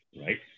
right